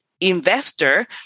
investor